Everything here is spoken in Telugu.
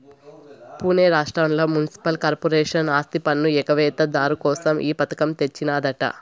పునే రాష్ట్రంల మున్సిపల్ కార్పొరేషన్ ఆస్తిపన్ను ఎగవేత దారు కోసం ఈ పథకం తెచ్చినాదట